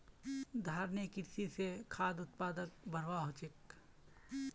धारणिये कृषि स खाद्य उत्पादकक बढ़ववाओ ह छेक